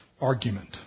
argument